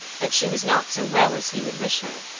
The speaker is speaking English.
that she was not so well as he would wish her,